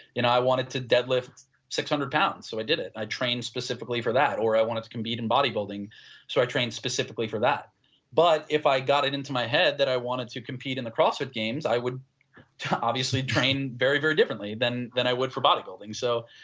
i wanted to deadlift six hundred pounds so, i did it. i trained specifically for that or i wanted to compete in body building so i trained specifically for that but if i got it into my head that i wanted to compete in crossfit games i would obviously train very, very differently than than i would for body building. so,